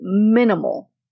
minimal